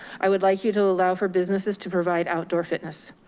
i would like you to allow for businesses to provide outdoor fitness.